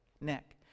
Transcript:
neck